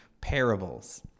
parables